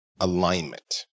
alignment